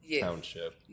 township